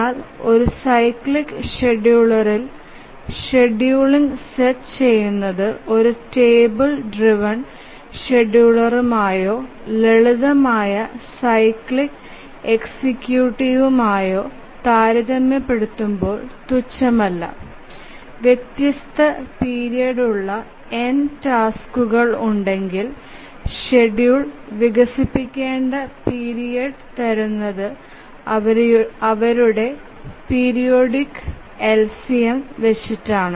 എന്നാൽ ഒരു സൈക്ലിക് ഷെഡ്യൂളറിനായി ഷെഡ്യൂൾ സെറ്റ് ചെയുന്നത് ഒരു ടേബിൾ ഡ്രൈവ്എൻ ഷെഡ്യൂളറുമായോ ലളിതമായ സൈക്ലിക് എക്സിക്യൂട്ടീവുമായോ താരതമ്യപ്പെടുത്തുമ്പോൾ തുച്ഛമല്ല വ്യത്യസ്ത പീരിയഡ് ഉള്ള n ടാസ്ക്കുകൾ ഉണ്ടെങ്കിൽ ഷെഡ്യൂൾ വികസിപ്പിക്കേണ്ട പീരിയഡ് തരുന്നത് അവരുടെ പീരിയഡ്ക ളുടെ LCM വെച്ചാണ്